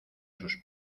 sus